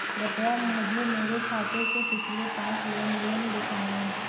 कृपया मुझे मेरे खाते से पिछले पाँच लेन देन दिखाएं